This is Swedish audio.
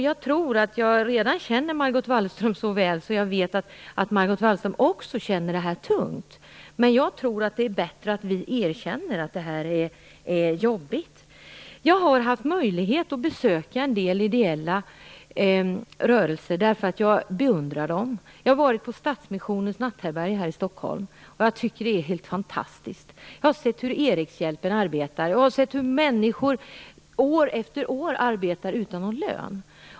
Jag tror att jag redan känner Margot Wallström så väl att jag vet att hon också känner detta som tungt. Jag tror att det är bättre att vi erkänner att detta är jobbigt. Jag har haft möjlighet att besöka en del ideella rörelser, och jag beundrar dem. Jag har varit på Stadsmissionens natthärbärge här i Stockholm, och jag tycker att det är helt fantastiskt. Jag har sett hur Erikshjälpen arbetar, och hur människor år efter år arbetar utan någon lön.